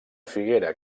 figuera